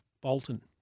Bolton